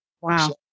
Wow